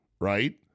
right